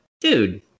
dude